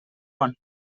one